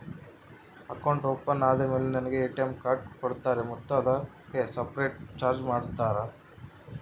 Account open ಆದಮೇಲೆ ನನಗೆ ATM card ಕೊಡ್ತೇರಾ ಮತ್ತು ಅದಕ್ಕೆ ಸಪರೇಟ್ ಚಾರ್ಜ್ ಮಾಡ್ತೇರಾ?